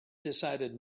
decided